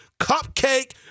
cupcake